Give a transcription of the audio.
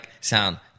sound